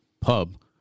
pub